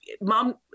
mom